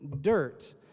dirt